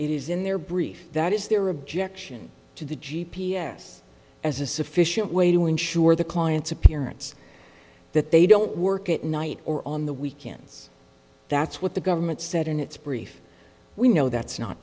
is in their brief that is their objection to the g p s as a sufficient way to ensure the client's appearance that they don't work at night or on the weekends that's what the government said in its brief we know that's not